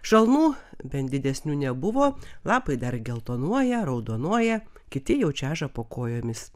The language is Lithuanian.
šalmų bent didesnių nebuvo lapai dar geltonuoja raudonuoja kiti jau čeža po kojomis